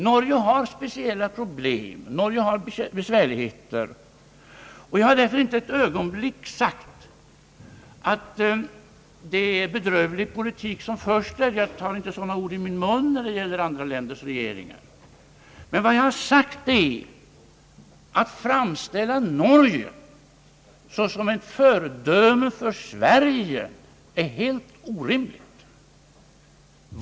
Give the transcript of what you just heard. Norge har speciella besvärligheter och problem. Jag har därför inte ett ögonblick sagt, att det är en bedrövlig politik som förs där. Jag tar inte sådana ord i min mun när det gäller andra länders regeringar. Men jag har sagt att det är helt orimligt att framställa Norge som ett föredöme för Sverige.